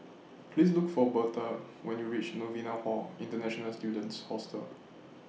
Please Look For Bertha when YOU REACH Novena Hall International Students Hostel